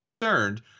concerned